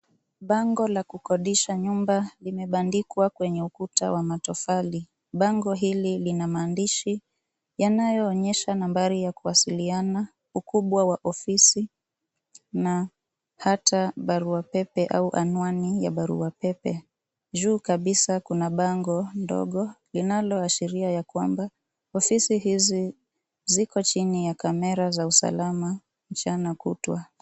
Bango la kukodisha nyumba limebandikwa kwenye ukuta wa matofali. Bango hili lina maandishi yanayoonyesha nambari ya kuwasiliana, ukubwa wa ofisi na hata barua pepe au anwani ya barua pepe. Juu kabisa kuna bango ndogo linaloashiria ya kwamba ofisi hizi ziko chini ya kamera za usalama mchana kutwa.